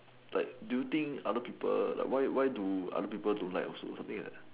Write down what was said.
like do you think other people why why do other people don't like also something like that